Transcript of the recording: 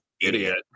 idiot